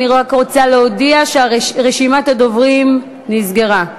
אני רק רוצה להודיע שרשימת הדוברים נסגרה.